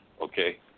Okay